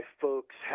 folks